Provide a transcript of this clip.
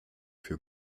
für